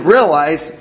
realize